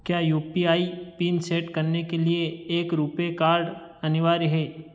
क्या U P I PIN set करने के लिये एक रुपे कार्ड अनिवार्य है